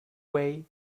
way